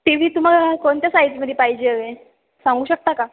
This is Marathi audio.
टी व्ही तुम्हाला कोणत्या साईजमध्ये पाहिजे हवे सांगू शकता का